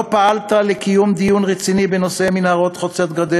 לא פעלת לקיום דיון רציני בנושא מנהרות חוצות-גדר